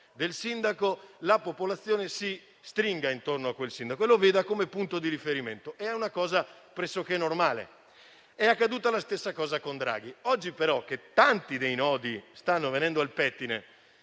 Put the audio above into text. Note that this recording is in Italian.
del sindaco, la popolazione si stringa attorno a lui e lo veda come punto di riferimento; è una cosa pressoché normale. È accaduta la stessa cosa con Draghi. Oggi però tanti nodi stanno venendo al pettine,